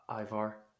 Ivar